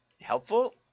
helpful